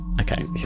okay